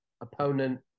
opponent